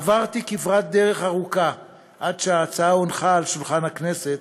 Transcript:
עברתי כברת דרך ארוכה עד שההצעה הונחה על שולחן הכנסת,